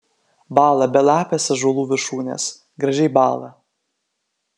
bąla belapės ąžuolų viršūnės gražiai bąla